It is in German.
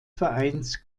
vereins